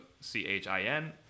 c-h-i-n